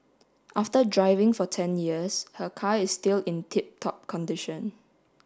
after driving for ten years her car is still in tip top condition